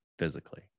physically